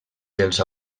dels